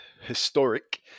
historic